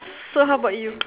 so how bout you